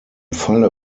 falle